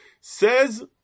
Says